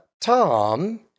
Tom